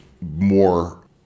more